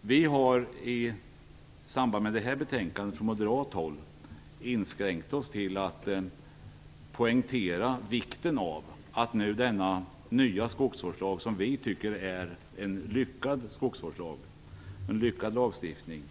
Vi moderater har i samband med det här betänkandet inskränkt oss till att poängtera vikten av att denna nya skogsvårdslag, vilken vi tycker är en lyckad lagstiftning,